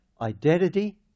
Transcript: identity